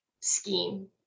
scheme